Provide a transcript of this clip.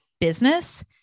business